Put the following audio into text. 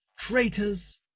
traitors!